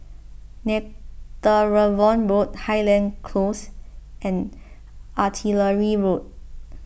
Netheravon Road Highland Close and Artillery Road